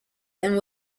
and